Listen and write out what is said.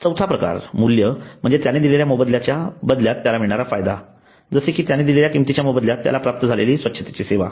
चौथा प्रकार मूल्य म्हणजे त्याने दिलेल्याच्या मोबदल्यात त्याला मिळणारा फायदा जसे कि त्याने दिलेल्या किमतीच्या मोबदल्यात त्याला प्राप्त झालेली स्वछ्तेची सेवा